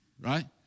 right